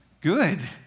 good